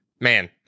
Man